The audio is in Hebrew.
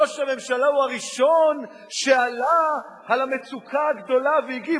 ראש הממשלה הוא הראשון שעלה על המצוקה הגדולה והגיב,